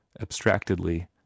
abstractedly